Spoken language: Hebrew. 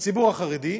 לציבור החרדי: